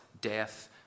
death